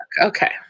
Okay